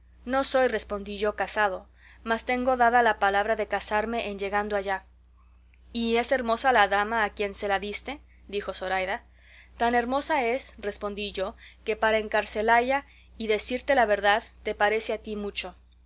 no soy respondí yo casado mas tengo dada la palabra de casarme en llegando allá y es hermosa la dama a quien se la diste dijo zoraida tan hermosa es respondí yo que para encarecella y decirte la verdad te parece a ti mucho